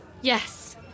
Yes